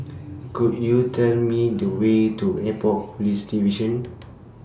Could YOU Tell Me The Way to Airport Police Division